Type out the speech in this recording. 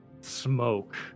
smoke